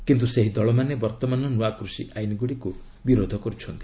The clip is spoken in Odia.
କିନ୍ତୁ ସେହି ଦଳମାନେ ବର୍ତ୍ତମାନ ନୂଆ କୃଷି ଆଇନଗୁଡ଼ିକୁ ବରୋଧ କରୁଛନ୍ତି